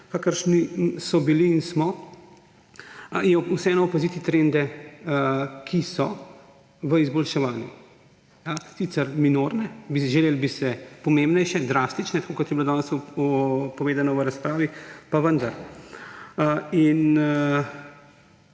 stanje, so bili in smo, je vseeno opaziti trende, ki so v izboljševanju. Sicer minorne, želel bi si pomembnejše, drastične, tako kot je bilo danes povedano v razpravi, pa vendar.